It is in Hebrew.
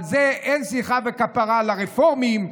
על זה אין סליחה וכפרה לרפורמים,